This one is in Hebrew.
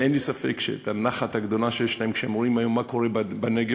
אין לי ספק שאת הנחת הגדולה שיש להם כשהם רואים מה קורה היום בנגב,